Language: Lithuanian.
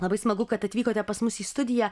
labai smagu kad atvykote pas mus į studiją